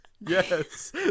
Yes